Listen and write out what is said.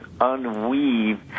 unweave